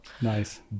Nice